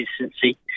consistency